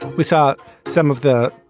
we saw some of the.